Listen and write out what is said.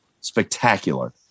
Spectacular